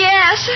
Yes